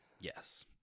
Yes